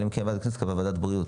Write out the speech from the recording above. אלא אם ועדת הכנסת קבעה ועדת בריאות.